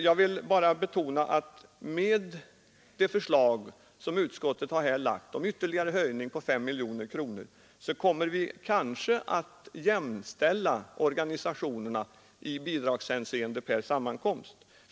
Jag vill betona att med det förslag utskottet här framlagt om en ytterligare höjning med 5 miljoner kronor kommer vi kanske att jämställa organisationerna i bidragshänseende per sammankomst.